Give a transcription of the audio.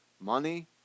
money